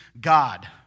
God